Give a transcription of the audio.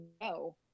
no